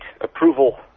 approval